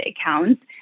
accounts